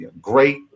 great